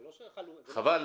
חבל.